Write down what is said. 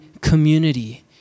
community